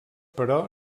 però